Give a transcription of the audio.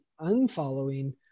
unfollowing